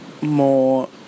more